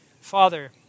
Father